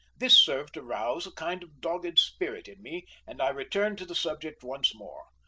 this served to rouse a kind of dogged spirit in me, and i returned to the subject once more.